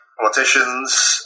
politicians